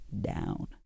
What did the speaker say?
down